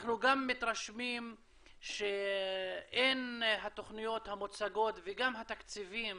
אנחנו גם מתרשמים שהתוכניות המוצגות וגם התקציבים